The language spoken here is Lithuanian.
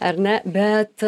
ar ne bet